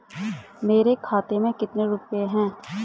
मेरे खाते में कितने रुपये हैं?